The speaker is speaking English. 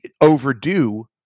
overdue